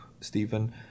Stephen